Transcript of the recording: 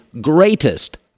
greatest